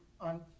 on